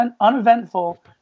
uneventful